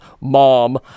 Mom